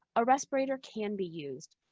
a respirator can be used.